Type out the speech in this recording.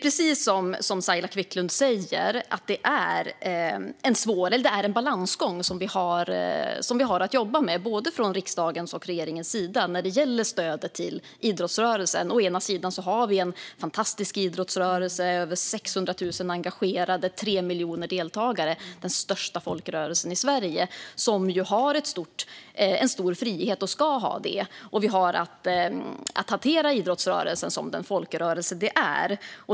Precis som Saila Quicklund säger är det fråga om en balansgång för både riksdag och regering när det gäller stödet till idrottsrörelsen. Vi har en fantastisk idrottsrörelse med över 600 000 engagerade och 3 miljoner deltagare, vilket gör det till den största folkrörelsen i Sverige. Idrottsrörelsen har och ska ha en stor frihet, och vi har att hantera den som den folkrörelse den är.